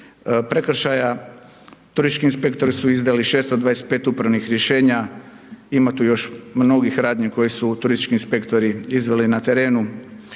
prekršaja, turistički inspektori su izdali 625 upravnih rješenja, ima tu još mnogih radnji koji su turistički inspektori izveli na terenu